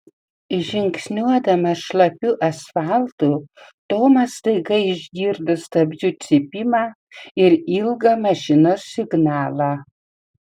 žingsniuodamas šlapiu asfaltu tomas staiga išgirdo stabdžių cypimą ir ilgą mašinos signalą